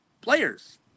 players